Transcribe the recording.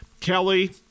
Kelly